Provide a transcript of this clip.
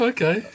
Okay